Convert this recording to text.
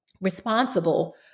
responsible